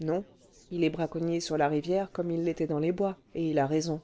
non il est braconnier sur la rivière comme il l'était dans les bois et il a raison